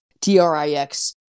T-R-I-X